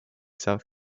south